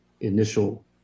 initial